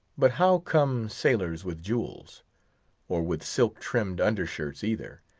but how come sailors with jewels or with silk-trimmed under-shirts either?